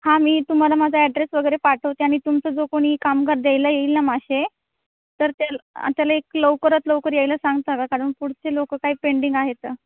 हां मी तुम्हाला माझा ॲड्रेस वगैरे पाठवते आणि तुमचं जो कोणी कामगार द्यायला येईल ना मासे तर त्याल त्याला एक लवकरात लवकर यायला सांगता का कारण पुढचे लोकं काही पेंडिंग आहेत